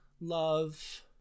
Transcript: love